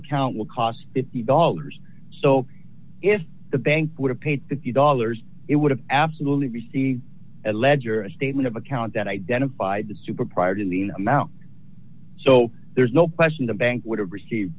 account will cost fifty dollars so if the bank would have paid fifty dollars it would have absolutely be seen as ledger a statement of account that identified the super prior to the amount so there's no question the bank would have received